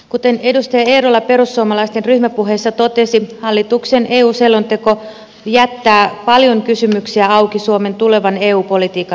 kuten edustaja eerola perussuomalaisten ryhmäpuheessa totesi hallituksen eu selonteko jättää paljon kysymyksiä auki suomen tulevan eu politiikan osalta